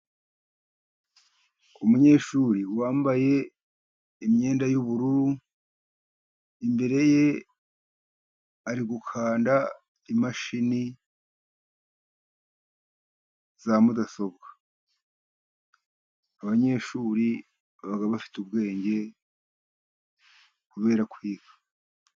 Umunyeshuri wambaye imyenda y'ubururu, imbere ye ari gukanda imashini za mudasobwa. Abanyeshuri baba bafite ubwenge kubera kwiga.